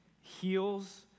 heals